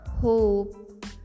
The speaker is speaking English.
hope